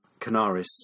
Canaris